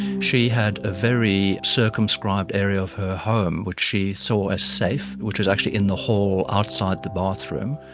she had a very circumscribed area of her home which she saw as safe, which was actually in the hall outside the bathroom.